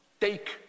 take